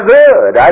good